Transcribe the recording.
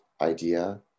idea